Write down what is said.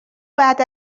بعد